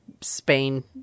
spain